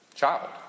child